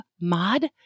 mod